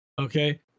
Okay